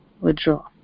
withdraw